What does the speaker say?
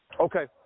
Okay